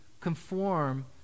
conform